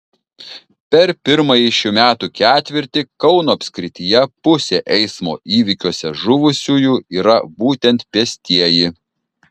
per pirmąjį šių metų ketvirtį kauno apskrityje pusė eismo įvykiuose žuvusiųjų yra būtent pėstieji